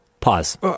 Pause